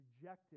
rejected